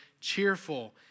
cheerful